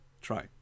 try